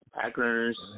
Packers